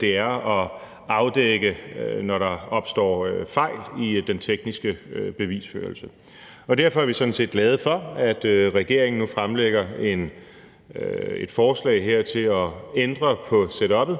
det er at afdække, når der opstår fejl i den tekniske bevisførelse. Derfor er vi sådan set glade for, at regeringen nu fremsætter et forslag her til at ændre på setuppet,